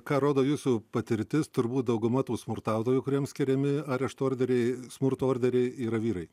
ką rodo jūsų patirtis turbūt dauguma tų smurtautojų kuriems skiriami arešto orderiai smurto orderiai yra vyrai